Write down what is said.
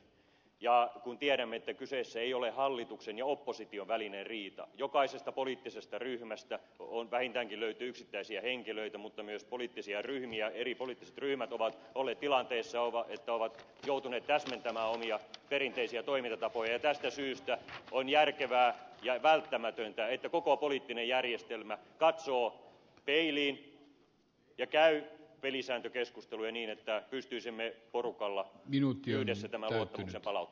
ja kun tiedämme että kyseessä ei ole hallituksen ja opposition välinen riita jokaisesta poliittisesta ryhmästä vähintäänkin löytyy yksittäisiä henkilöitä mutta myös poliittisia ryhmiä eri poliittiset ryhmät ovat olleet sellaisessa tilanteessa että ovat joutuneet täsmentämään omia perinteisiä toimintatapoja tästä syystä on järkevää ja välttämätöntä että koko poliittinen järjestelmä katsoo peiliin ja käy pelisääntökeskusteluja niin että pystyisimme porukalla yhdessä tämän luottamuksen palauttamaan